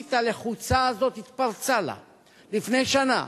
החבית הלחוצה הזו התפרצה לה לפני שנה,